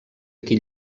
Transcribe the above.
aquí